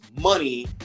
money